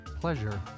pleasure